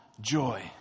joy